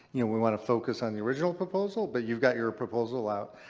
you know we want to focus on the original proposal, but you've got your proposal out.